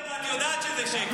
אבל זה שקר, ואת יודעת שזה שקר.